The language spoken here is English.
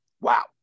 Wow